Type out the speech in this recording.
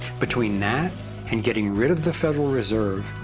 between that and getting rid of the federal reserve,